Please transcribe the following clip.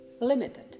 limited